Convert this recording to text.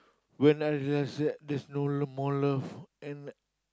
when I just said there's no no more love and